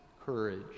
courage